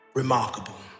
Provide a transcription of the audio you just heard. remarkable